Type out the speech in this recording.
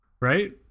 right